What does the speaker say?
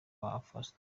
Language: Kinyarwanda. abafana